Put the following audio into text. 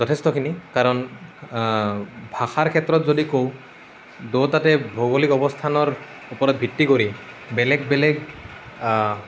যথেষ্টখিনি কাৰণ ভাষাৰ ক্ষেত্ৰত যদি কওঁ দুয়োটাতে ভৌগোলিক অৱস্থানৰ ওপৰত ভিত্তি কৰি বেলেগ বেলেগ